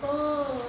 oh